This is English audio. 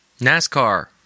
NASCAR